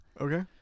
Okay